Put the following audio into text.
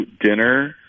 dinner